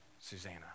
Susanna